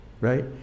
right